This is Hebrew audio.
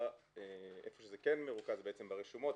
איפה שזה כן מרוכז ברשומות,